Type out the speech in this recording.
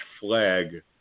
flag